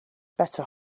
better